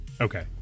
Okay